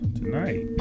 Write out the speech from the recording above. tonight